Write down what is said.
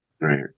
Right